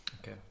Okay